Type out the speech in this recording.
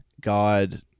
God